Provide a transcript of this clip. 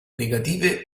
negative